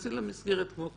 תיכנסי למסגרת כמו כולם,